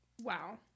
Wow